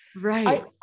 right